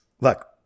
Look